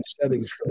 settings